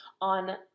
on